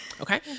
Okay